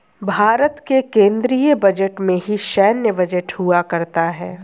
भारत के केन्द्रीय बजट में ही सैन्य बजट हुआ करता है